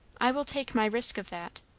i will take my risk of that.